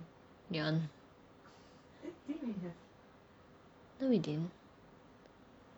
neon no we didn't